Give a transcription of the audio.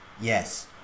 Yes